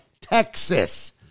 Texas